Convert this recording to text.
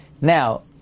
Now